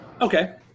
Okay